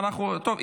טוב,